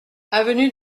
avenue